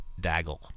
Daggle